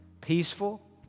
peaceful